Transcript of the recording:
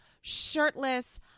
shirtless